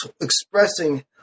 expressing